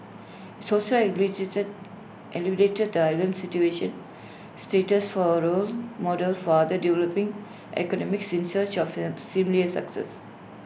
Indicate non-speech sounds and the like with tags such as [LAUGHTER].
he's also [UNINTELLIGIBLE] elevated the island situation status for A role model for other developing economies in search of [NOISE] similar success